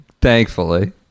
thankfully